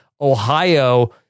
ohio